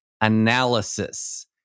analysis